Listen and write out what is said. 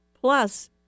plus